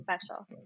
special